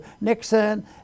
Nixon